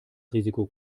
risiko